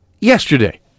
yesterday